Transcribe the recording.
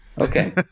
okay